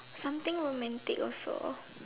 something romantic also